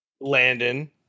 landon